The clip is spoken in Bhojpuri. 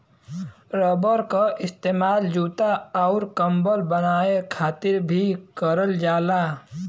रबर क इस्तेमाल जूता आउर कम्बल बनाये खातिर भी करल जाला